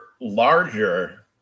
larger